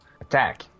attack